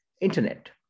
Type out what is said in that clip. internet